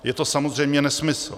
Je to samozřejmě nesmysl.